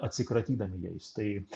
atsikratydami jais tai